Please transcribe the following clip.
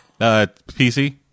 PC